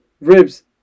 ribs